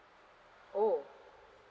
oh